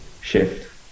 shift